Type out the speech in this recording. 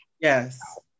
Yes